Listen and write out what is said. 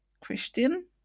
christian